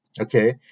Okay